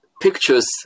pictures